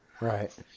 right